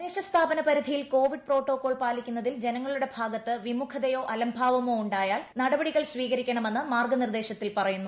തദ്ദേശ സ്ഥാപനപരിധിയിൽ Covid protocol പാലിക്കുന്നതിൽ ജനങ്ങളുടെ ഭാഗത്ത് വിമുഖതയോ അലംഭാവമോ ഉണ്ടായാൽ നടപടികൾ സ്വീകരിക്കണമെന്ന് മാർഗനിർദേശത്തിൽ പറയുന്നു